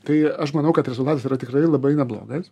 tai aš manau kad rezultatas yra tikrai labai neblogas